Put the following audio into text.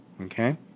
Okay